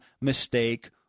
mistake